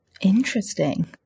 Interesting